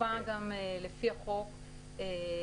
יש חובה גם לפי החוק המוצע,